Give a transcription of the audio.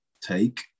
take